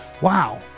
Wow